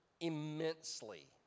immensely